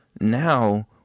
now